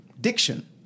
diction